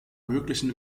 möglichen